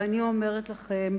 ואני אומרת לכם,